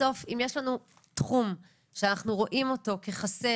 בסוף אם יש לנו תחום שאנחנו רואים אותו כחסר,